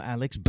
Alex